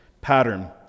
pattern